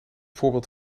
voorbeeld